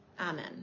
Amen